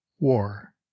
War